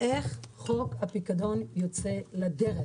איך חוק הפיקדון יוצא לדרך.